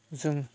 जों